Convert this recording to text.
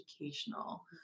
educational